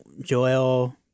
Joel